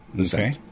Okay